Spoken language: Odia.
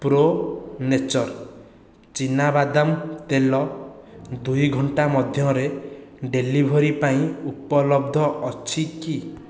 ପ୍ରୋ ନେଚର୍ ଚୀନାବାଦାମ ତେଲ ଦୁଇ ଘଣ୍ଟା ମଧ୍ୟରେ ଡେଲିଭରି ପାଇଁ ଉପଲବ୍ଧ ଅଛି କି